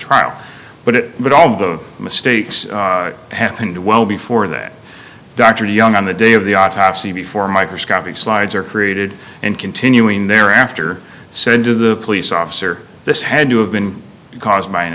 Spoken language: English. trial but it would all of the mistakes happened well before that dr young on the day of the autopsy before microscopic slides are created and continuing thereafter sent to the police officer this had to have been caused by an